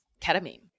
ketamine